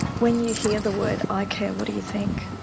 when you hear the word ah icare, what do you think?